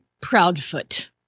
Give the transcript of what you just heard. Proudfoot